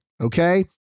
Okay